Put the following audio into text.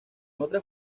otras